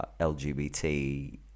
LGBT